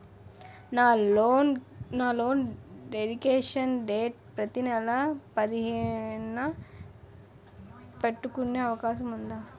నా loan deduction date ప్రతి నెల పదిహేను న పెట్టుకునే అవకాశం ఉందా?